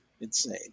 Insane